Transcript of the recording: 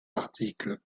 articles